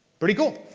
pretty cool.